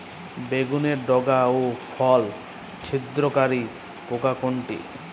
বেগুনের ডগা ও ফল ছিদ্রকারী পোকা কোনটা?